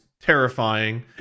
terrifying